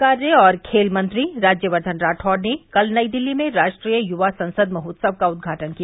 युवा कार्य और खेल मंत्री राज्यवर्धन राठौड़ ने कल नई दिल्ली में राष्ट्रीय युवा संसद महोत्सव का उद्घाटन किया